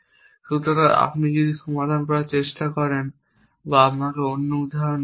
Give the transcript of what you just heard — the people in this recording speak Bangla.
সুতরাং আপনি যদি এটি সমাধান করতে চান বা আমাকে অন্য উদাহরণ নিতে দিন